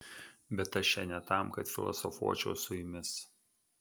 bet aš čia ne tam kad filosofuočiau su jumis